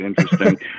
interesting